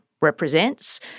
represents